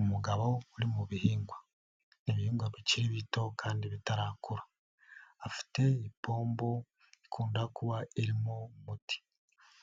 Umugabo uri mu bihingwa. Ni ibinga bkiri bito kandi bitarakura, afite ipombo, ikunda kuba irimo umuti,